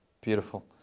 Beautiful